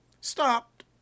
stopped